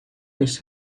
his